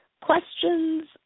Questions